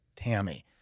Tammy